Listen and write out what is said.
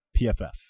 PFF